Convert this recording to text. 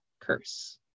curse